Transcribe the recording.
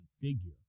figure